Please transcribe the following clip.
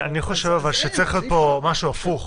אני חושב שצריך להיות פה משהו הפוך